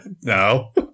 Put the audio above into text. No